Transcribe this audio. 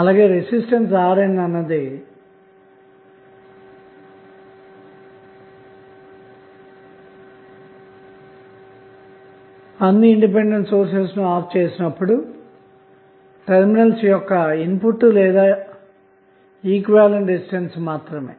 అలాగే రెసిస్టెన్స్ RNఅన్నది అన్ని ఇండిపెండెంట్ సోర్సెస్ ను ఆఫ్ చేసినప్పుడు టెర్మినల్స్ యొక్క ఇన్పుట్ లేదా ఈక్వివలెంట్ రెసిస్టన్స్ మాత్రమే